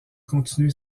continué